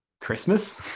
Christmas